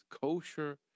Kosher